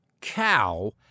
cow